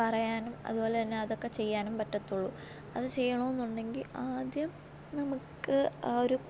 പറയാനും അതുപോലെത്തന്നെ അതൊക്കെ ചെയ്യാനും പറ്റത്തൊള്ളൂ അത് ചെയ്യണം എന്ന് ഉണ്ടെങ്കിൽ ആദ്യം നമുക്ക് ആ ഒരു